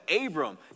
Abram